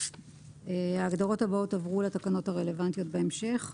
ההגדרות הבאות עברו לתקנות הרלוונטיות בהמשך.